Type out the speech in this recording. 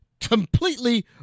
completely